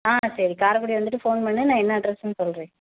ஆ சரி காரைக்குடி வந்துவிட்டு ஃபோன் பண்ணு நான் என்ன அட்ரெஸ்ன்னு சொல்கிறேன்